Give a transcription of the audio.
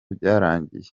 byarangiye